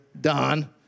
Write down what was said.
Don